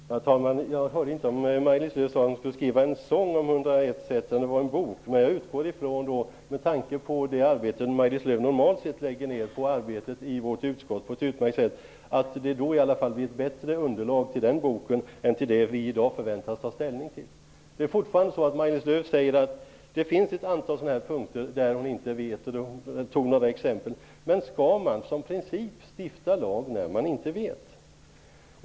Herr talman! Jag hörde inte om Maj-Lis Lööw sade att hon skulle skriva en sång om 101 sätt att förhala en fråga eller om det var en bok. Med tanke på det arbete Maj-Lis Lööw normalt sett på ett utmärkt sätt lägger ned i vårt utskott utgår jag från att det blir ett bättre underlag till den boken än till det ärende vi i dag förväntas ta ställning till. Maj-Lis Lööw säger att det finns ett antal punkter där hon inte vet. Hon tog några exempel. Skall man som princip stifta lag när man inte vet?